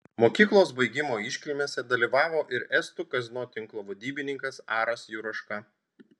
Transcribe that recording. mokyklos baigimo iškilmėse dalyvavo ir estų kazino tinklo vadybininkas aras juraška